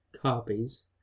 copies